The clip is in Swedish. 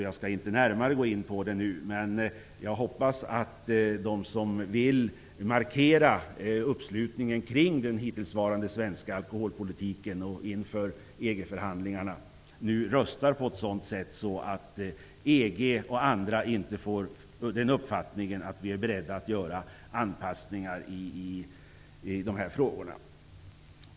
Jag skall inte närmare gå in på det nu, men jag hoppas att de som vill markera uppslutningen kring den hittillsvarande svenska alkoholpolitiken inför EG förhandlingarna röstar på ett sådant sätt att EG och andra inte får den uppfattningen att vi är beredda att göra anpassningar i dessa frågor. Fru talman!